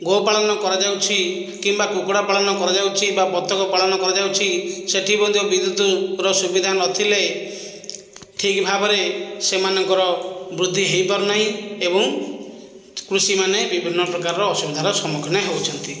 ଗୋପାଳନ କରାଯାଉଛି କିମ୍ବା କୁକୁଡ଼ା ପାଳନ କରାଯାଉଛି ବା ବତକ ପାଳନ କରାଯାଉଛି ସେଇଠି ମଧ୍ୟ ବିଦ୍ୟୁତର ସୁବିଧା ନଥିଲେ ଠିକ ଭାବରେ ସେମାନଙ୍କର ବୃଦ୍ଧି ହୋଇପାରୁ ନାହିଁ ଏବଂ କୃଷୀମାନେ ବିଭିନ୍ନ ପ୍ରକାରର ଅସୁବିଧାର ସମ୍ମୁଖୀନ ହେଉଛନ୍ତି